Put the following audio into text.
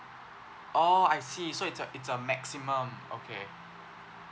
oh I see so it's a it's a maximum okay